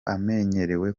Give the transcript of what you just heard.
amenyerewe